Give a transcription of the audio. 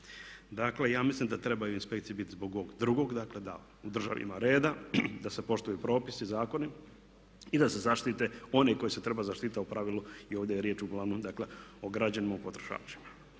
Dakle, ja mislim da trebaju inspekcije biti zbog ovog drugog, dakle da u državi ima reda, da se poštuju propisi, zakoni i da se zaštite one koje se treba zaštititi a u pravilu i uglavnom ovdje je riječ uglavnom dakle o građanima potrošačima.